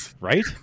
right